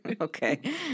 Okay